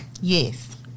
Yes